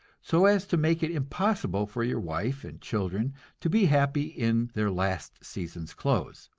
so as to make it impossible for your wife and children to be happy in their last season's clothes.